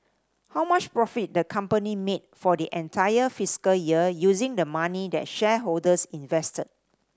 how much profit the company made for the entire fiscal year using the money that shareholders invested